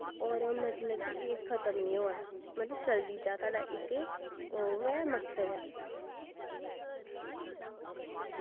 और मतलव की एह् खत्म नी होऐ मतलव कि चलदी जा साढ़ा इक ओह् ऐ मक्सद ऐ